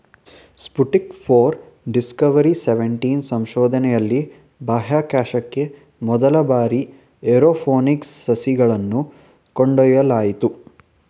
Sputnik four, Discovery seventeen ಸಂಶೋಧನೆಯಲ್ಲಿ ಬಾಹ್ಯಾಕಾಶಕ್ಕೆ ಮೊದಲ ಬಾರಿಗೆ ಏರೋಪೋನಿಕ್ ಸಸಿಗಳನ್ನು ಕೊಂಡೊಯ್ಯಲಾಯಿತು